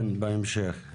כן, בהמשך.